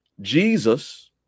Jesus